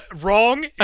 wrong